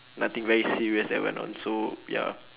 nothing very serious that went on so ya